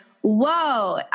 whoa